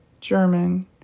German